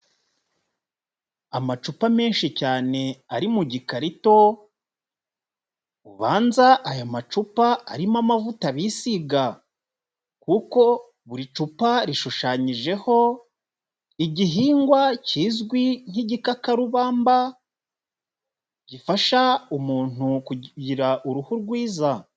Amacupa menshi cyane ari mu gikarito, ubanza aya macupa arimo amavuta bisiga kuko buri cupa rishushanyijeho igihingwa kizwi nk'igikarubamba, gifasha umuntu kugira uruhu rwiza.